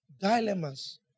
dilemmas